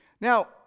Now